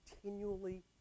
continually